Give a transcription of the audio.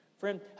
Friend